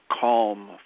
calm